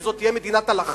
אם זאת תהיה מדינת הלכה?